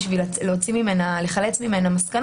ויגידו שהם לא יכולים לממש עיקולים לאחר מכן,